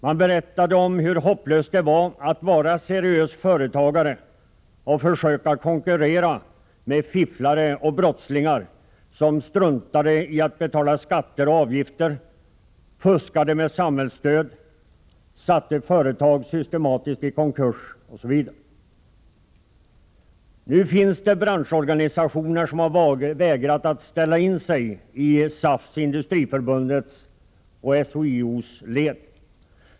Man berättade om hur hopplöst det var att vara seriös företagare och försöka konkurrera med fifflare och brottslingar som struntade i att betala skatter och avgifter, fuskade med samhällsstöd, systematiskt satte företag i konkurs m.m. Nu finns det branschorganisationer som har vägrat att ställa in sig i SAF:s, Industriförbundets och SHIO:s led.